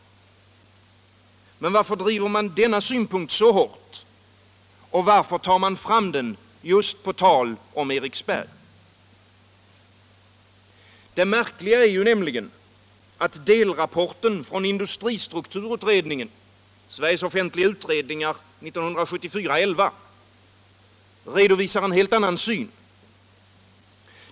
Men varför driver man denna synpunkt så hårt? Varför tar man fram den just på tal om Eriksberg? Det märkliga är nämligen att delrapporten från industristrukturutredningen, SOU 1974:11, redovisar en helt annan syn.